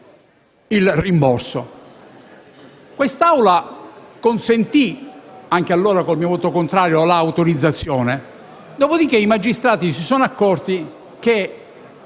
il rimborso. Quest'Assemblea consentì - anche allora con il mio voto contrario - l'autorizzazione; dopo di che i magistrati si sono accorti che,